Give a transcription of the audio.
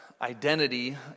identity